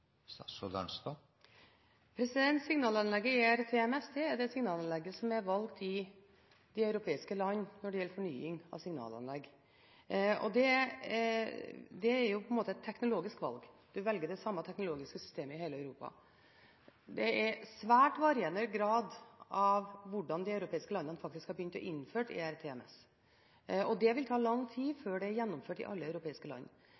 er det signalanlegget som er valgt i de europeiske land ved fornying av anlegg. Det er et teknologisk valg – en velger det samme teknologiske systemet i hele Europa. Det varierer i svært stor grad hvorvidt de europeiske landene faktisk har begynt å innføre ERTMS. Det vil ta lang tid før det er gjennomført i alle europeiske land.